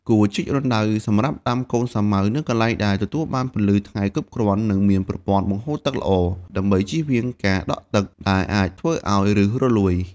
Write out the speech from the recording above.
គួរជីករណ្ដៅសម្រាប់ដាំកូនសាវម៉ាវនៅកន្លែងដែលទទួលបានពន្លឺថ្ងៃគ្រប់គ្រាន់ និងមានប្រព័ន្ធបង្ហូរទឹកល្អ ដើម្បីចៀសវាងការដក់ទឹកដែលអាចធ្វើឲ្យឫសរលួយ។